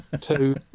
Two